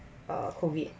err COVID